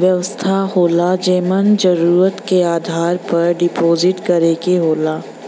व्यवस्था होला जेमन जरुरत के आधार पर डिपाजिट करे क होला